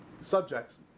subjects